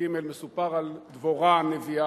אינו נוכח מיכאל בן-ארי,